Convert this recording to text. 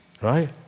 right